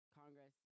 congress